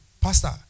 pastor